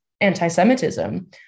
anti-Semitism